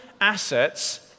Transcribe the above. assets